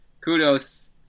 kudos